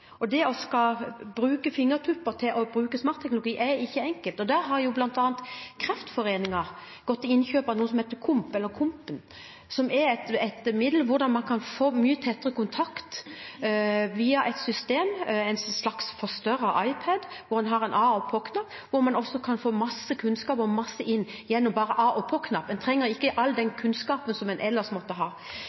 Det å bruke fingertuppene i smartteknologien er ikke enkelt. Derfor har bl.a. Kreftforeningen gått til innkjøp av noe som heter KOMP, som er et middel som gjør at man kan få mye tettere kontakt via et system. Det er en slags forstørret iPad, hvor man har en av- og på-knapp, og hvor man kan få masse kunnskap inn gjennom bare av- og på-knappen. Man trenger ikke all den kunnskapen som man ellers må ha.